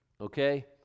okay